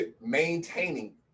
maintaining